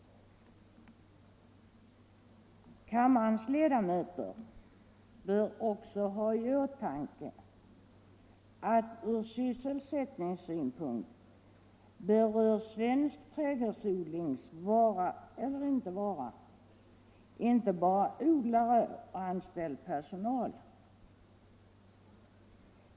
Kammarens ledamöter bör också ha i åtanke att från sysselsättningssynpunkt berör svensk trädgårdsodlings vara eller inte vara inte bara odlare och anställd personal.